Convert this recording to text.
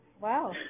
Wow